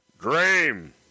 Dream